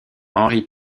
henri